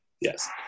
Yes